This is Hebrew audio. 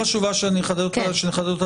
זו נקודה חשובה שנחדד לפרוטוקול.